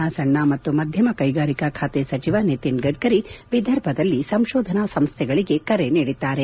ಅತಿಸಣ್ಣ ಮತ್ತು ಮಧ್ಣಮ ಕೈಗಾರಿಕಾ ಖಾತೆ ಸಚಿವ ನಿತಿನ್ ಗಡ್ಡರಿ ವಿದರ್ಭದಲ್ಲಿ ಸಂಶೋಧನಾ ಸಂಸ್ಥೆಗಳಗೆ ಕರೆ ನೀಡಿದ್ದಾರೆ